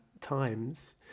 times